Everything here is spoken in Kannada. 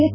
ಎಸ್